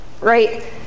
Right